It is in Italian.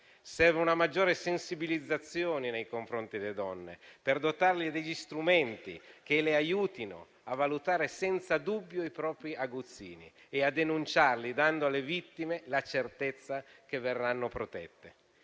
Serve una maggiore sensibilizzazione nei confronti delle donne, per dotarle di strumenti che le aiutino a valutare senza dubbio i propri aguzzini e a denunciarli, dando alle vittime la certezza che verranno protette.